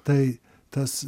tai tas